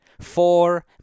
Four